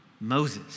Moses